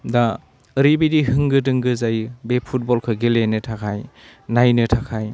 दा ओरैबायदि होंगो दोंगो जायो बे फुटबलखौ गेलेनो थाखाय नायनो थाखाय